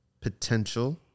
potential